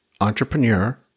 entrepreneur